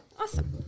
Awesome